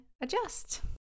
adjust